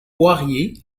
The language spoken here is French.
poirier